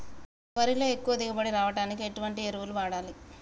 వరిలో ఎక్కువ దిగుబడి రావడానికి ఎటువంటి ఎరువులు వాడాలి?